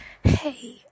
Hey